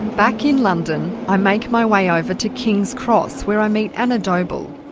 back in london i make my way over to kings cross where i meet anna doble,